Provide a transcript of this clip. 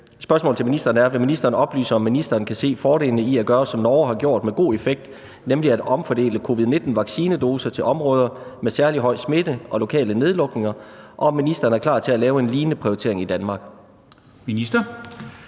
Spørgsmålet til ministeren er: Vil ministeren oplyse, om ministeren kan se fordelene i at gøre, som Norge har gjort med god effekt, nemlig at omfordele covid-19-vaccinedoser til områder med særlig høj smitte og lokale nedlukninger, og om ministeren er klar til at lave en lignende prioritering i Danmark? Kl.